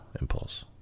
impulse